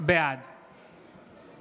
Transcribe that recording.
בעד